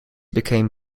became